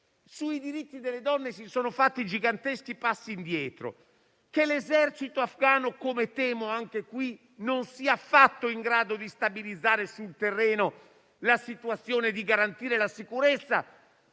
sui diritti delle donne si sono fatti giganteschi passi indietro, che l'esercito afghano - come temo - non sia affatto in grado di stabilizzare sul terreno la situazione e di garantire la sicurezza,